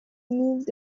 moved